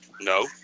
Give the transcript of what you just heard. No